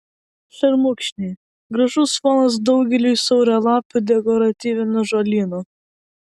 šermukšniai gražus fonas daugeliui siauralapių dekoratyvinių žolynų